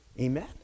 Amen